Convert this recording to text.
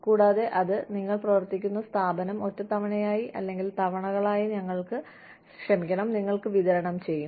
കൂടാതെ അത് നിങ്ങൾ പ്രവർത്തിക്കുന്ന സ്ഥാപനം ഒറ്റത്തവണയായി അല്ലെങ്കിൽ തവണകളായി നിങ്ങൾക്ക് വിതരണം ചെയ്യും